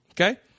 Okay